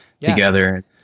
together